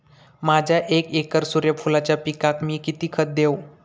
माझ्या एक एकर सूर्यफुलाच्या पिकाक मी किती खत देवू?